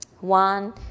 one